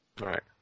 Right